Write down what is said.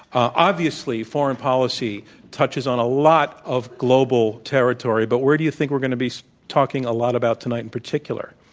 obviously, foreign policy touches on a lot of global territory. but where do you think we're going to be talking a lot about tonight in particular?